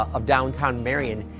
of downtown marion,